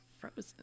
Frozen